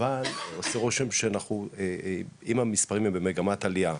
אבל עושה רושם שאם המספרים הם במגמת עליה,